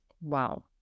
Wow